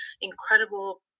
incredible